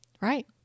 Right